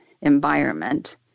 environment